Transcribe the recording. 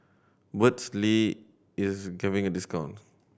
burt's lee is giving a discount